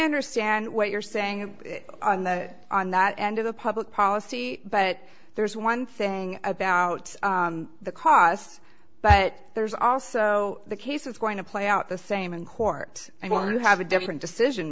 understand what you're saying on that on that end of the public policy but there's one thing about the cause but there's also the case it's going to play out the same in court i want to have a different decision